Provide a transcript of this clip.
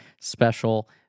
special